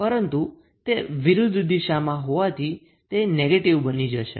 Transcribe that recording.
પરંતુ તે વિરુદ્ધ દિશામાં હોવાથી તે નેગેટીવ બની જશે